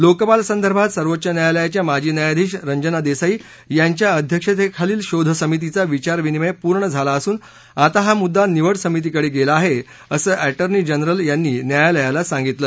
लोकपाल संदर्भात सर्वोच्च न्य्यायालयाच्या माजी न्यायाधीश रंजना देसाई यांच्या अध्यक्षतेखालील शोध समितीचा विचारविनिमय पूर्ण झोला असून आता हा मुद्दा निवड सभितीकडे गेलेला आहे असं ऍटर्नी जनरल यांनी न्यायालयाला सांगितलं